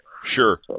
sure